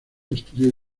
estudió